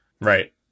Right